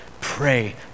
Pray